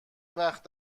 وقت